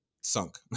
sunk